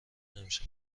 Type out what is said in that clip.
امشب